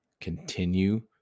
Continue